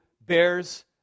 bears